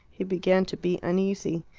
he began to be uneasy.